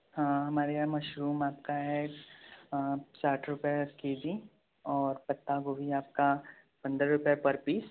हाँ हमारे यहाँ मशरूम आपका है साठ रुपये के जी और पत्ता गोभी आपका पंद्रह रुपये पर पीस